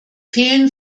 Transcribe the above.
fehlen